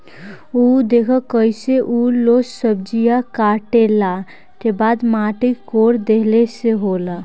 उ देखऽ कइसे उ लोग सब्जीया काटला के बाद माटी कोड़ देहलस लो